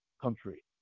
country